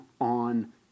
on